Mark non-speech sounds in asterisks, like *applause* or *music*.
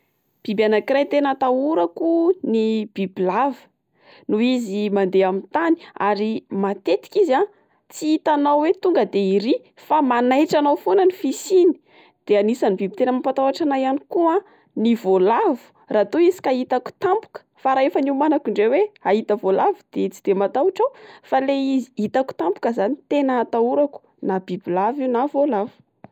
Biby anak'iray tena atahorako ny bibilava, noho izy mandeha amin'ny tany ary matetika izy a tsy hitanao hoe tonga de iry fa manaitra anao foana ny fisiana. De anisan'ny biby tena mampatahotra an'ahy ihany koa an ny voalavo raha toa izy ka itako tampoka fa raha efa *laughs* niomanako indray oe ahita voalavo de tsy de matahotra aho fa le izy itako tampoka izany no tena atahorako na bibilava io na voalavo.